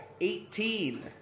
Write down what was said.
eighteen